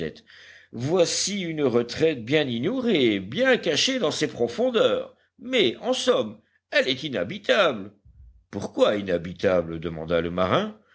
voici une retraite bien ignorée bien cachée dans ces profondeurs mais en somme elle est inhabitable pourquoi inhabitable demanda le marin